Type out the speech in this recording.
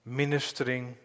ministering